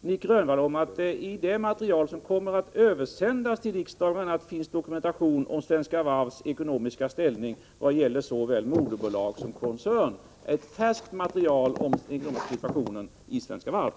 Nic Grönvall om att i det material som kommer att översändas till riksdagen finns dokumentation om Svenska Varvs ekonomiska ställning vad gäller såväl moderbolag som koncern. Det är ett färskt material om den ekonomiska situationen i Svenska Varv.